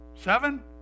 Seven